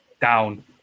down